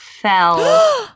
fell